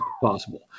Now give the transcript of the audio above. possible